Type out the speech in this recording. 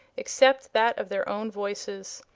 except that of their own voices.